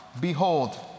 Behold